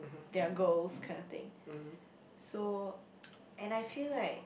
their goals kinda thing so and I feel like